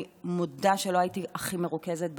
אני מודה שלא הייתי הכי מרוכזת בעולם,